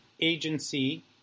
agency